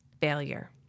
failure